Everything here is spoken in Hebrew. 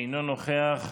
אינו נוכח,